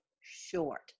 short